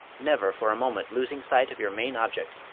never for a moment losing sight of your main object,